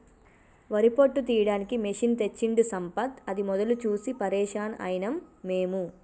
వరి పొట్టు తీయడానికి మెషిన్ తెచ్చిండు సంపత్ అది మొదలు చూసి పరేషాన్ అయినం మేము